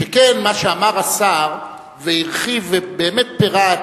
שכן מה שאמר השר והרחיב, ובאמת פירט